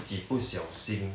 几不小心